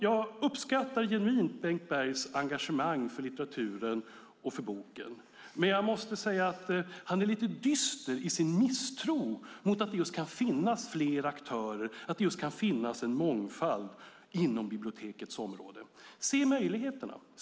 Jag uppskattar genuint Bengt Bergs engagemang för litteraturen och boken, men jag måste säga att han är lite dyster i sin misstro mot att det kan finnas flera aktörer och en mångfald på bibliotekens område.